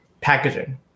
packaging